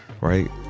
right